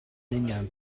union